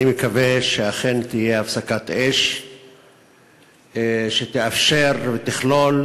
אני מקווה שאכן תהיה הפסקת אש שתאפשר ותכלול